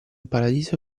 paradiso